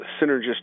synergistic